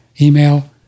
email